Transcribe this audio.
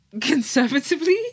conservatively